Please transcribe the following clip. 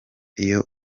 iyo